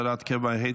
הוראת קבע),